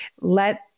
let